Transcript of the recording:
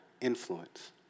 influence